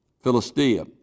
Philistia